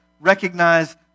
recognize